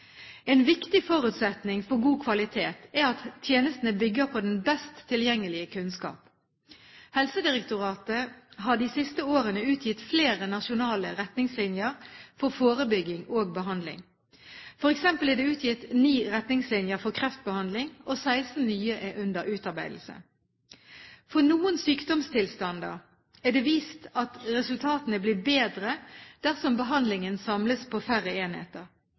En viktig forutsetning for god kvalitet er at tjenestene bygger på den best tilgjengelige kunnskap. Helsedirektoratet har de siste årene utgitt flere nasjonale retningslinjer for forebygging og behandling. For eksempel er det utgitt 9 retningslinjer for kreftbehandling, og 16 nye er under utarbeidelse. For noen sykdomstilstander er det vist at resultatene blir bedre dersom behandlingen samles på færre enheter.